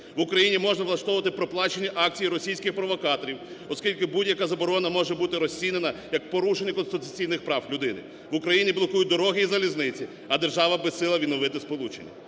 В Україні можна влаштовувати проплачені акції російських провокаторів, оскільки будь-яка заборона може бути розцінена як порушення конституційних прав людини. В Україні блокують дороги і залізниці, а держава безсила відновити сполучення.